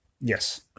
Yes